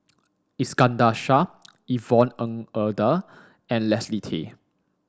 Iskandar Shah Yvonne Ng Uhde and Leslie Tay